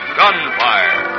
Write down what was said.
gunfire